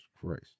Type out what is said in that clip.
Christ